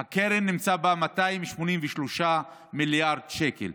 בקרן נמצאים 283 מיליארד שקל,